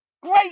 great